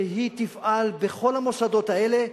שהיא תפעל בכל המוסדות האלה,